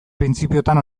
printzipiotan